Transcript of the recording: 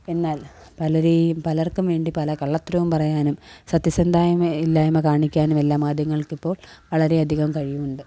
എന്നാല് പലരേയും പലര്ക്കുംവേണ്ടി പല കള്ളത്തരവും പറയാനും സത്യസന്ധയ്മ ഇല്ലായ്മ കാണിക്കാനുമെല്ലാം മാധ്യമങ്ങള്ക്കിപ്പോള് വളരെയധികം കഴിയുന്നുണ്ട്